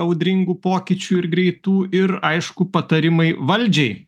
audringų pokyčių ir greitų ir aišku patarimai valdžiai